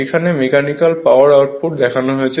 এখানে mechanical power output দেখানো হয়েছে